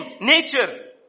nature